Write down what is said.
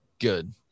Good